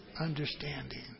understanding